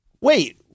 wait